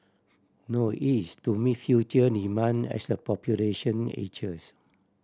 no it is to meet future demand as the population ages